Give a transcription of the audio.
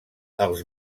els